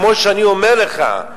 כמו שאני אומר לך,